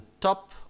top